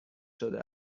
شده